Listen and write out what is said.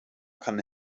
kann